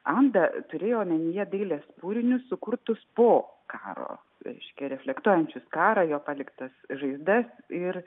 anda turėjo omenyje dailės kūrinius sukurtus po karo reiškia reflektuojančius karą jo paliktas žaizdas ir